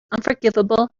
unforgivable